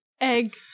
Egg